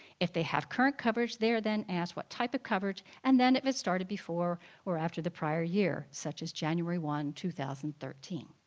if they have current coverage they're then asked what type of coverage and then if it started before or after the prior year such as january one, two thousand and thirteen,